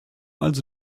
also